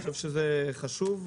זה חשוב.